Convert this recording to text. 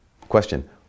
Question